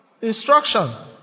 Instruction